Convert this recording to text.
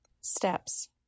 Steps